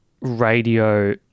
radio